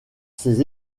ses